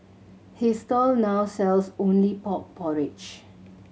his stall now sells only pork porridge